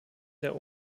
der